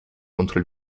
contro